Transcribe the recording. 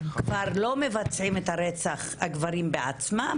כבר לא מבצעים את הרצח הגברים בעצמם,